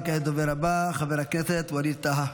וכעת לדובר הבא, חבר הכנסת ווליד טאהא.